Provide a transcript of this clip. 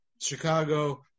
Chicago